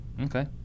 okay